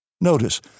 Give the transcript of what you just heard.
Notice